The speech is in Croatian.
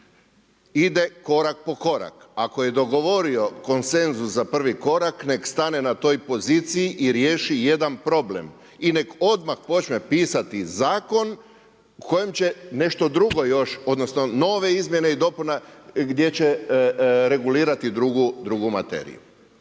ide korak po korak. Ako je dogovorio konsenzus za prvi korak nek' stane na toj poziciji i riješi jedan problem i nek' odmah počne pisati zakon kojim će nešto drugo još, odnosno nove izmjene i dopune gdje će regulirati drugu materiju.